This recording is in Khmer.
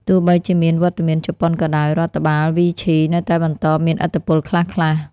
ទោះបីជាមានវត្តមានជប៉ុនក៏ដោយ រដ្ឋបាលវីឈីនៅតែបន្តមានឥទ្ធិពលខ្លះៗ។